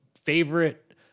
favorite